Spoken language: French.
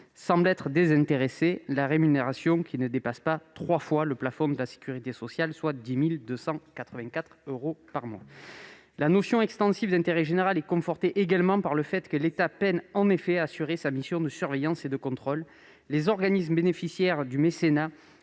Sans être désintéressée, cette rémunération ne dépasse pas trois fois le plafond de la Sécurité sociale, soit 10 284 euros par mois. Le caractère extensif de la notion d'intérêt général est aggravé par le fait que l'État peine à assurer sa mission de surveillance et de contrôle. Les organismes bénéficiaires du mécénat